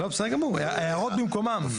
בסדר גמור, ההערות במקומם.